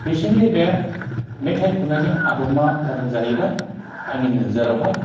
बिसिनि बे मेथाइ खननायनि आबदमा जादों जाहैबाय आंनि नोजोरावहाय